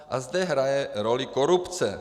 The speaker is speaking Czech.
A zde hraje roli korupce.